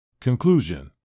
Conclusion